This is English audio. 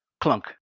Clunk